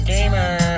Gamer